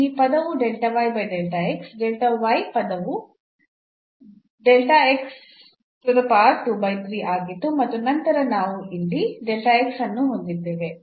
ಇಲ್ಲಿ ಈ ಪದವು ಪದವು ಆಗಿತ್ತು ಮತ್ತು ನಂತರ ನಾವು ಇಲ್ಲಿ ಅನ್ನು ಹೊಂದಿದ್ದೇವೆ